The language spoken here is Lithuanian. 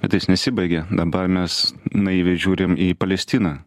bet jis nesibaigė dabar mes naiviai žiūrim į palestiną